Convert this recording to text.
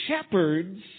shepherds